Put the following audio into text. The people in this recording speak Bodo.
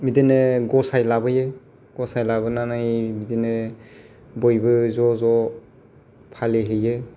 बिदिनो गसाय लाबोयो गसाय लाबोनानै बिदिनो बयबो ज'ज' फालिहैयो